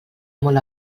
molt